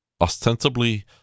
ostensibly